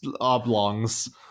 oblongs